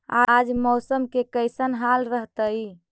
आज मौसम के कैसन हाल रहतइ?